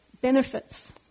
benefits